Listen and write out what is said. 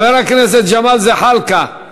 חבר הכנסת ג'מאל זחאלקה.